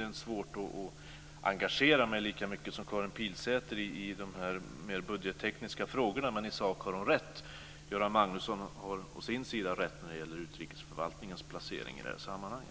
sig svårt att engagera mig lika mycket som Karin Pilsäter i de mer budgettekniska frågorna, men i sak har hon rätt. Göran Magnusson har å sin sida rätt när det gäller utrikesförvaltningens placering i detta sammanhang.